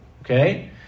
Okay